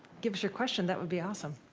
give us your question, that would be awesome.